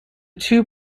two